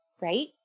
right